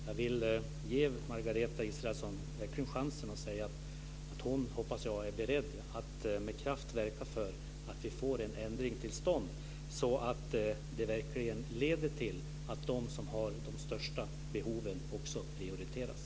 Jag vill ge Margareta Israelsson chansen att säga att hon är beredd att med kraft verka för att vi får till stånd en ändring som leder till att de som har de största behoven prioriteras.